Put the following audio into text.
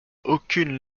aucune